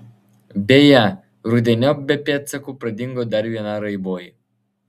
beje rudeniop be pėdsakų pradingo dar viena raiboji